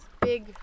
big